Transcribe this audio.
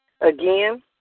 Again